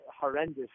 horrendous